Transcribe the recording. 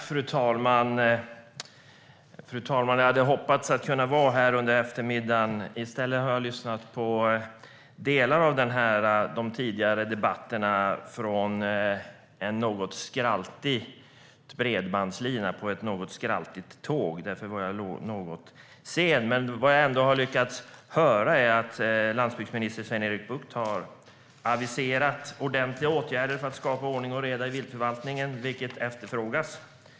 Fru talman! Jag hade hoppats att kunna vara här under eftermiddagen. Men i stället har jag lyssnat på delar av de tidigare debatterna från en något skraltig bredbandslina på ett något skraltigt tåg. Därför är jag något sen. Men jag har ändå lyckats höra att landsbygdsminister Sven-Erik Bucht har aviserat ordentliga åtgärder för att skapa ordning och reda i viltförvaltningen, vilket efterfrågas.